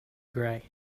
gray